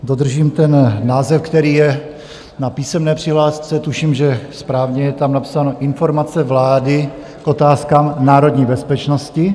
Dodržím ten název, který je na písemné přihlášce tuším, že správně je tam napsáno Informace vlády k otázkám národní bezpečnosti.